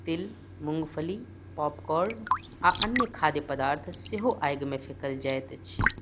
तिल मूँगफली पॉपकॉर्न आओर अन्य खाद्य पदार्थ सेहो आगिमे फेकल जाइत अछि